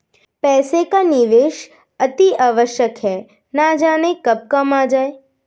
पैसे का निवेश अतिआवश्यक है, न जाने कब काम आ जाए